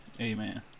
Amen